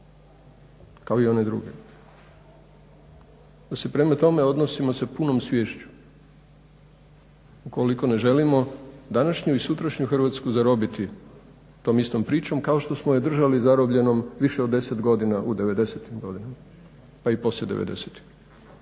kao i one druge. Pa se prema tome odnosimo sa punom sviješću ukoliko ne želimo današnju i sutrašnju Hrvatsku zarobiti tom istom pričom, kao što smo je držali zarobljenom više od 10 godina u '90.-tim godinama, pa i poslije '90.-tih.